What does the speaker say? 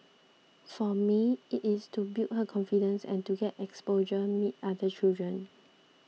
for me it is to build her confidence and to get exposure meet other children